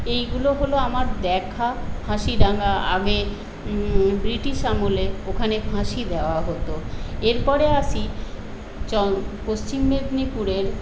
এইগুলো হলো আমার দেখা ফাঁসিডাঙ্গা আগে ব্রিটিশ আমলে ওখানে ফাঁসি দেওয়া হতো এরপরে আসি চ পশ্চিম মেদিনীপুরের